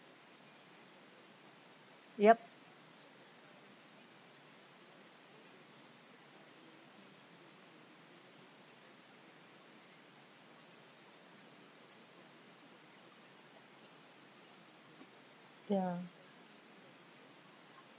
yup ya